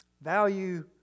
Value